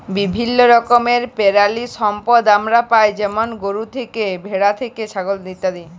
বিভিল্য রকমের পেরালিসম্পদ আমরা পাই যেমল গরু থ্যাকে, ভেড়া থ্যাকে, ছাগল ইত্যাদি